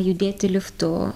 judėti liftu